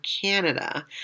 Canada